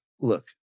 look